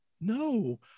no